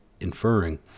inferring